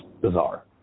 bizarre